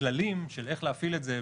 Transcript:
הכללים של איך להפעיל את זה,